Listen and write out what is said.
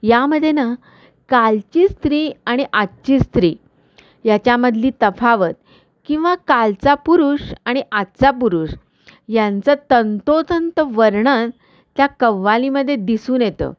यामध्ये ना कालची स्त्री आणि आजची स्त्री याच्यामधली तफावत किंवा कालचा पुरुष आणि आजचा पुरुष यांचं तंतोतंत वर्णन त्या कव्वालीमध्ये दिसून येतं